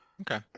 Okay